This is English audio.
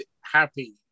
happy